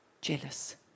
Jealous